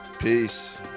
Peace